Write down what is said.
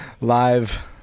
live